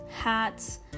hats